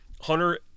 Hunter